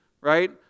right